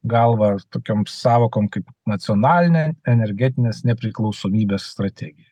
galva tokiom sąvokom kaip nacionalinė energetinės nepriklausomybės strategija